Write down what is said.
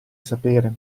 sapere